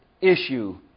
issue